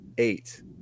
Eight